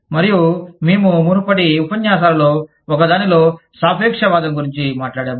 మరియు మేము మునుపటి ఉపన్యాసాలలో ఒకదానిలో సాపేక్షవాదం గురించి మాట్లాడాము